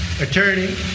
Attorney